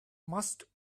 must